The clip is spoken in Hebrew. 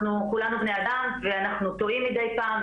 אנחנו כולנו בני אדם ואנחנו טועים מידי פעם,